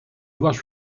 was